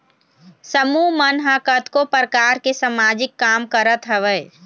समूह मन ह कतको परकार के समाजिक काम करत हवय